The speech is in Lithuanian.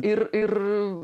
ir ir